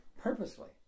Purposely